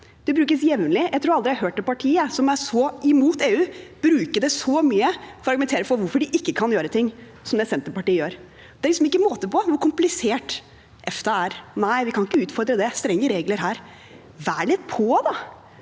Det brukes jevnlig. Jeg tror jeg aldri har hørt et parti som er så imot EU, bruke det så mye, for så å argumentere for hvorfor de ikke kan gjøre ting, som det Senterpartiet gjør. Det er liksom ikke måte på hvor komplisert EFTA er. Nei, de kan ikke utfordre det, det er strenge regler der. Vær litt på, da!